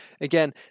again